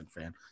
fan